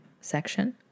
section